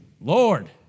Lord